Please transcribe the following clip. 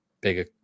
bigger